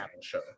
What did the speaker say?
show